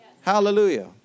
Hallelujah